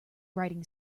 writing